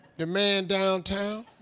the man downtown.